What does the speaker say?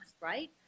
right